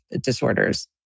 disorders